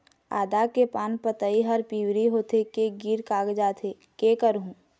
आदा के पान पतई हर पिवरी होथे के गिर कागजात हे, कै करहूं?